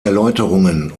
erläuterungen